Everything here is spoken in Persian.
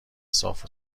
صاف